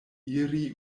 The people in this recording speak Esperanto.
iri